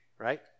Right